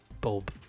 Bob